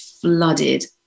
flooded